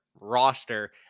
roster